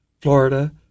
Florida